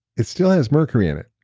it still has mercury in it.